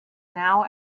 now